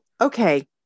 okay